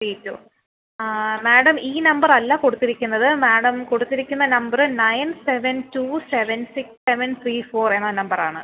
three two ആ madam ഈ number അല്ല കൊടുത്തിരിക്കുന്നത് മാഡം കൊടുത്തിരിക്കുന്ന number nine seven two seven six seven three four എന്ന നമ്പർ ആണ്